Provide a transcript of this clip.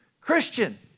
Christian